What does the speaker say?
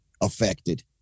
affected